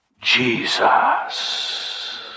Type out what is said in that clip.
Jesus